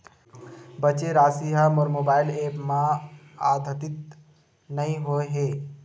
बचे राशि हा मोर मोबाइल ऐप मा आद्यतित नै होए हे